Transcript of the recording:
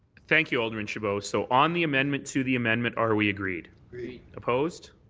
thank you, alderman chabot. so on the amendment to the amendment. are we agreed? opposed?